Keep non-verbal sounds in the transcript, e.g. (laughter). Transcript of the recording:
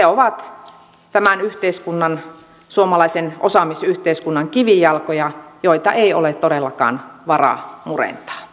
(unintelligible) ovat tämän yhteiskunnan suomalaisen osaamisyhteiskunnan kivijalkoja joita ei ole todellakaan varaa murentaa